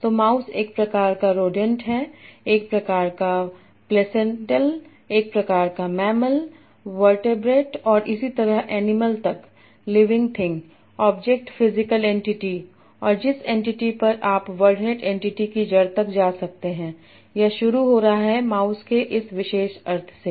तो माउस एक प्रकार का रोडेंट है एक प्रकार का प्लेसेंटल एक प्रकार का मैमल वर्टेब्रेट और इसी तरह एनिमल तक living thing object physical entity और जिस एंटिटी पर आप वर्डनेट एंटिटी की जड़ तक जा सकते हैं यह शुरू हो रहा है माउस के इस विशेष अर्थ से